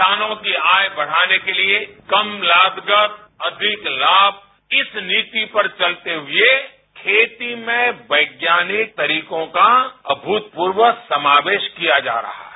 किसानों की आय बढ़ाने के लिए कम लागत अधिक लाभ इस नीति पर चलते हुए खेती में वैज्ञानिक तरीकों का अभूतपूर्व समावेश किया जा रहा है